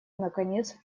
наконец